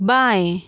बाएँ